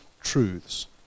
truths